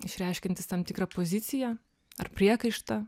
išreiškiantis tam tikrą poziciją ar priekaištą